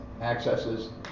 accesses